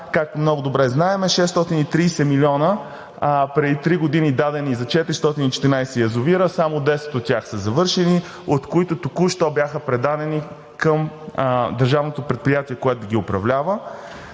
както много добре знаем, 630 милиона преди три години дадени за 414 язовира, само 10 от тях са завършени, от които току-що бяха предадени към държавното предприятие, което ги управлява;